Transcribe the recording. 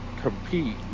compete